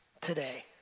today